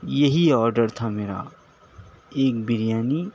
یہی آڈر تھا میرا ایک بریانی